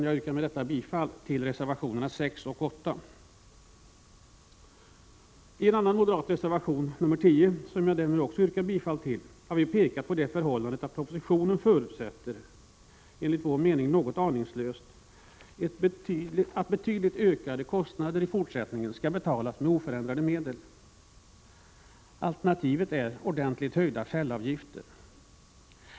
Jag yrkar med detta bifall till reservationerna 6 och 8. I en annan moderat reservation, nr 10, som jag härmed också yrkar bifall till, har vi pekat på det förhållandet att propositionen förutsätter — enligt vår mening något aningslöst — att betydligt ökade kostnader i fortsättningen skall betalas med oförändrade medel. Alternativet är ordentligt höjda fällavgifter.